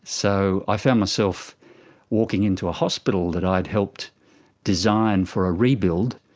so i found myself walking into a hospital that i'd helped design for a rebuild,